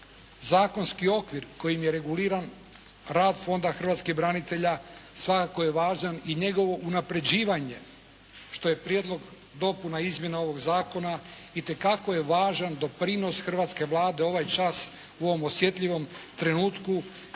Zakonski okvir kojim je reguliran rad Fonda hrvatskih branitelja svakako je važan i njegovo unaprjeđivanja što je Prijedlog dopuna, izmjena ovoga Zakona itekako je važan doprinos hrvatske Vlade ovaj čas u ovom osjetljivom trenutku